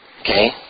Okay